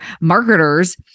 marketers